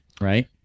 right